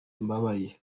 mbabaye